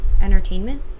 entertainment